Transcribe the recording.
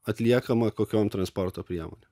atliekama kokiom transporto priemonėm